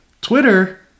Twitter